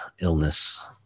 illness